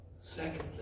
Secondly